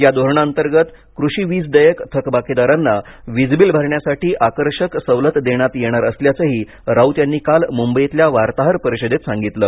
या धोरणांतर्गत कृषी वीज देयक थकबाकीदारांना वीजबिल भरण्यासाठी आकर्षक सवलत देण्यात येणार असल्याचंही राऊत यांनी काल मुंबईतल्या वार्ताहर परिषदेत सांगितलं